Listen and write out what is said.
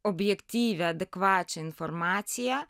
objektyvią adekvačią informaciją